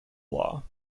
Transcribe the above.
law